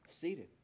seated